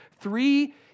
three